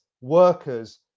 workers